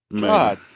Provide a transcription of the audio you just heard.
God